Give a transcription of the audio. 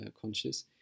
conscious